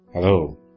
Hello